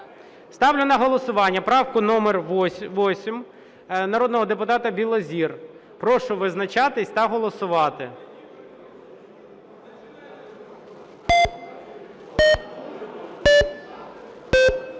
Ставлю на голосування правку номер 8 народного депутата Білозір. Прошу визначатись та голосувати.